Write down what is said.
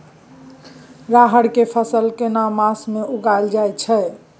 रहर के फसल केना मास में उगायल जायत छै?